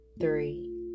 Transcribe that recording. three